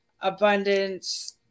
abundance